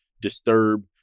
disturb